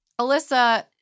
Alyssa